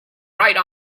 right